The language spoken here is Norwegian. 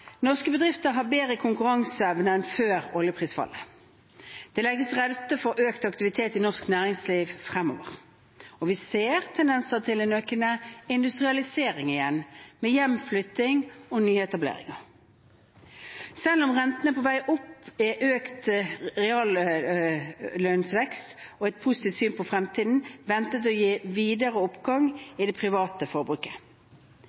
Norske bedrifter har bedre konkurranseevne enn før oljeprisfallet. Det legger til rette for økt aktivitet i norsk næringsliv fremover. Og vi ser tendenser til en økende industrialisering igjen med hjemflytting og nyetableringer. Selv om renten er på vei opp, er økt reallønnsvekst og et positivt syn på fremtiden ventet å gi videre